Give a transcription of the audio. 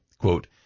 Quote